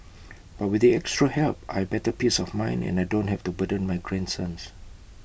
but with the extra help I better peace of mind and I don't have to burden my grandsons